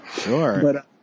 Sure